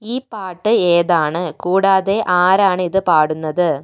ഈ പാട്ട് ഏതാണ് കൂടാതെ ആരാണ് ഇത് പാടുന്നത്